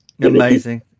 amazing